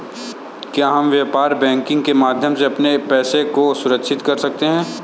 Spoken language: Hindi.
क्या हम व्यापार बैंकिंग के माध्यम से अपने पैसे को सुरक्षित कर सकते हैं?